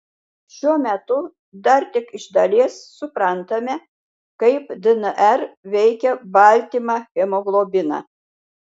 šiuo metu dar tik iš dalies suprantame kaip dnr veikia baltymą hemoglobiną